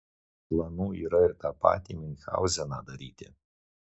planų yra ir tą patį miunchauzeną daryti